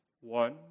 one